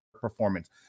performance